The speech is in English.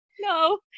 No